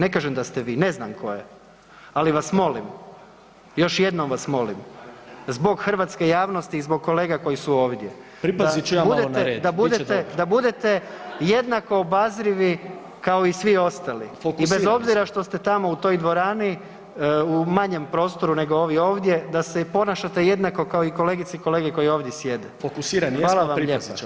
Ne kažem da ste vi, ne znam tko je, ali vas molim, još jednom vas molim zbog hrvatske javnosti i zbog kolega koji su ovdje [[Upadica: Pripazit ću ja malo na red, bit će dobro.]] da budete, da budete jednako obazrivi kao i svi ostali [[Upadica: Fokusirani smo.]] i bez obzira što ste tamo u toj dvorani u manjem prostoru nego ovi ovdje da se ponašate jednako kao i kolegice i kolege koji ovdje sjede [[Upadica: Fokusirani jesmo, pripazit ćemo malo, hvala.]] Hvala vam lijepa.